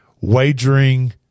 wagering